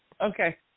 Okay